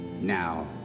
now